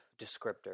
descriptor